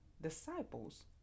disciples